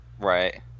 Right